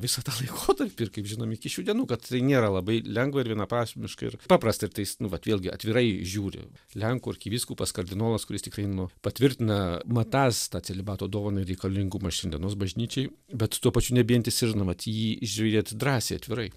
visą tą laikotarpį ir kaip žinom iki šių dienų kad tai nėra labai lengva ir vienaprasmiška ir paprasta ir tai jis nu vat vėlgi atvirai žiūri lenkų arkivyskupas kardinolas kuris tikrai nu patvirtina matąs celibato dovaną ir reikalingumą šiandienos bažnyčiai bet tuo pačiu nebijantis ir nu vat į jį žiūrėt drąsiai atvirai